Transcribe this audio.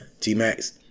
T-Max